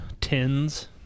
tins